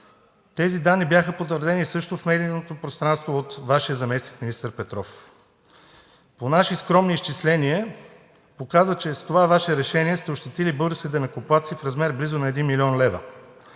Тези данни бяха потвърдени също в медийното пространство от Вашия заместник-министър Петров. Наши скромни изчисления показват, че с това Ваше решение сте ощетили българските данъкоплатци в размер близо на 1 млн. лв.,